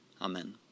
Amen